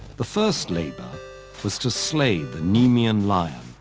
the first labor was to slay the nemean lion,